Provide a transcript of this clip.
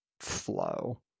flow